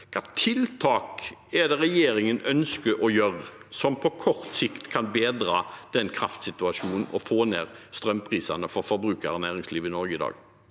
Hvilke tiltak er det regjeringen ønsker å gjøre som på kort sikt kan bedre kraftsituasjonen og få ned strømprisene for forbrukere og næringsliv i Norge i dag?